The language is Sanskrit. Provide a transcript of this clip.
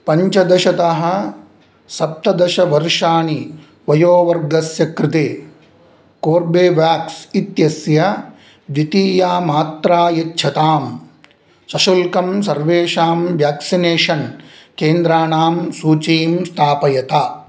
पञ्चदशतः सप्तदशवर्षाणि वयोवर्गस्य कृते कोर्बेवेक्स् इत्यस्य द्वितीयामात्रायच्छतां सशुल्कं सर्वेषां वेक्सिनेशन् केन्द्राणां सूचीं स्थापयत